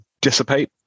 dissipate